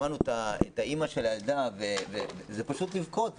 זה פשוט לבכות.